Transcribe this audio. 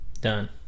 done